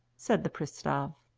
said the pristav.